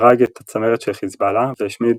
הרג את הצמרת של חזבאללה והשמיד